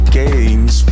games